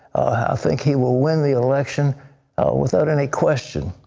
i think he will win the election without any question.